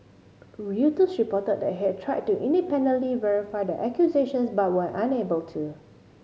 Reuters reported it had tried to independently verify the accusations but were unable to